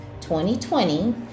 2020